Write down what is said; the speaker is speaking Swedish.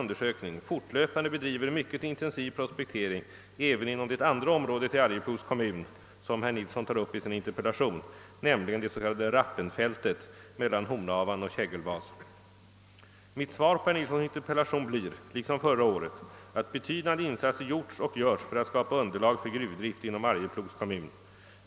undersökning fortlöpande bedriver mycket intensiv prospektering även inom det andra området i Arjeplogs -"kommun, som herr Nilsson tar upp i sin interpellation, nämligen det s.k. Rappenfältet mellan Hornavan och Tjeggelvas. a Mitt svar på herr Nilssons interpellation blir — liksom svaret på hans enkla fråga förra året — att betydande insatser gjorts och görs för att skapa underlag för gruvdrift inom Arjeplogs kommun.